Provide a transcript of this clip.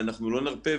אנחנו לא נרפה.